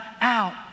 out